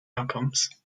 outcomes